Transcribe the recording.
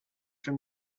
from